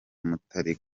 mutari